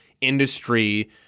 industry